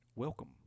Welcome